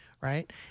Right